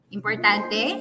Importante